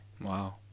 Wow